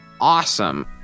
awesome